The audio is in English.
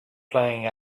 playing